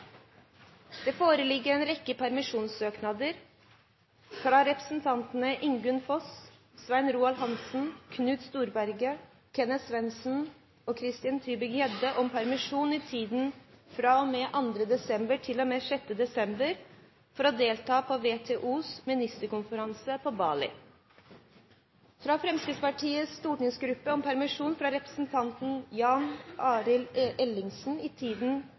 Det foreligger en rekke permisjonssøknader: fra representantene Ingunn Foss, Svein Roald Hansen, Knut Storberget, Kenneth Svendsen og Christian Tybring-Gjedde om permisjon i tiden fra og med 2. desember til og med 6. desember for å delta i WTOs 9. ministerkonferanse på Bali fra Fremskrittspartiets stortingsgruppe om permisjon for representanten Jan Arild Ellingsen i